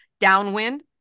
Downwind